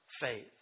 faith